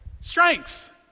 strength